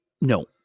No